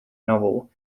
novel